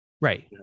Right